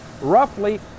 roughly